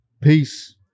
Peace